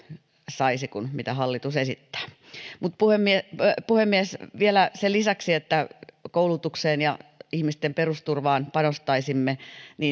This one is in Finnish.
saisi kuin mitä hallitus esittää puhemies puhemies vielä sen lisäksi että koulutukseen ja ihmisten perusturvaan panostaisimme